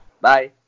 Bye